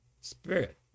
spirit